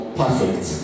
perfect